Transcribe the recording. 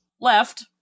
left